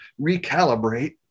recalibrate